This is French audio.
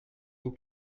vous